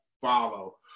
follow